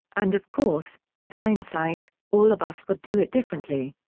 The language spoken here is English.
and of course, with hindsight, all of us would do it differently.